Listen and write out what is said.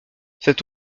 cet